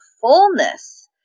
fullness